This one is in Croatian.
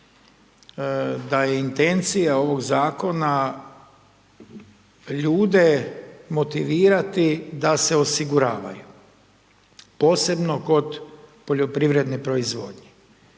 da je intencija ovog zakona ljude motivirati da se osiguravaju. Posebno kod poljoprivredne proizvodnje